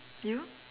you